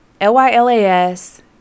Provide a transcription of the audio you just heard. L-Y-L-A-S